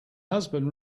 husband